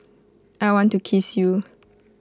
I want to kiss you